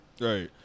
Right